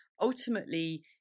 ultimately